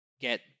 get